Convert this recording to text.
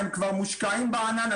הם כבר מושקעים בענן.